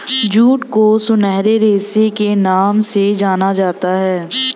jute को सुनहरे रेशे के नाम से जाना जाता है